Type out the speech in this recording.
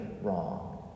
wrong